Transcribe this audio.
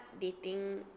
dating